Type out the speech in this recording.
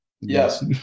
Yes